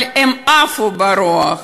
אבל הן עפו ברוח.